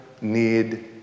need